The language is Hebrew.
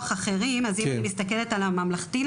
אחרים אם הייתי מסתכלת על הממלכתי,